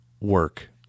work